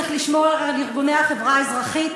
צריך לשמור על ארגוני החברה האזרחית.